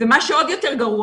ומה שעוד יותר גרוע,